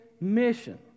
mission